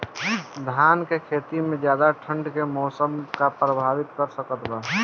धान के खेती में ज्यादा ठंडा के मौसम का प्रभावित कर सकता बा?